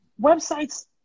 websites